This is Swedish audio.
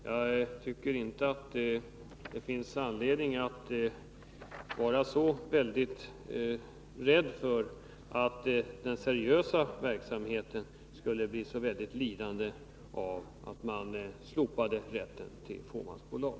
Jag tycker inte att det finns anledning att vara så rädd för att den seriösa verksamheten skulle bli lidande av att man slopade rätten att bilda fåmansbolag.